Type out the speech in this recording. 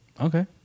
Okay